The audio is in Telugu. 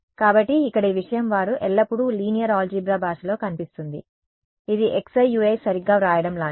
కాబట్టి ఇక్కడ ఈ విషయం వారు ఎల్లప్పుడూ లీనియర్ ఆల్జీబ్రా భాషలో కనిపిస్తుంది ఇది xi u i సరిగ్గా వ్రాయడం లాంటిది